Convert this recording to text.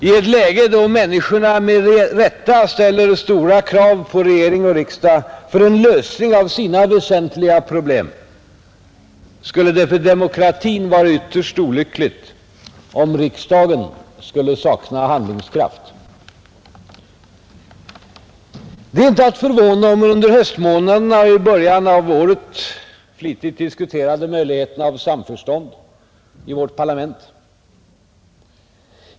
I ett läge där människorna med rätta ställer stora krav på regering och riksdag för en lösning av sina väsentliga problem skulle det för demokratin vara ytterst olyckligt om riksdagen skulle sakna handlingskraft. Det är inte att förvåna om man under höstmånaderna och i början av året flitigt diskuterade möjligheterna till samförstånd i vårt parlament.